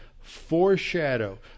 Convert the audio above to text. foreshadow